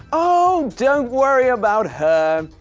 oh, don't worry about her.